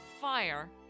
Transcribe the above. fire